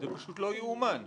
זה פשוט לא יאומן.